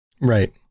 Right